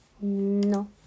No